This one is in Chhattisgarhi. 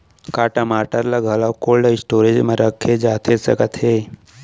का टमाटर ला घलव कोल्ड स्टोरेज मा रखे जाथे सकत हे?